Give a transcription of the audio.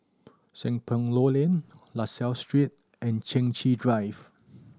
Seng Poh Low Lane La Salle Street and Chai Chee Drive